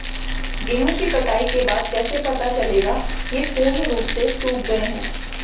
गेहूँ की कटाई के बाद कैसे पता चलेगा ये पूर्ण रूप से सूख गए हैं?